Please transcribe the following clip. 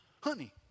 Honey